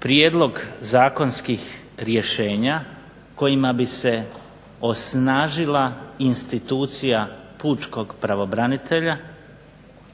prijedlog zakonskih rješenja kojima bi se osnažila institucija pučkog pravobranitelja